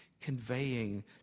conveying